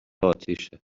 آتیشه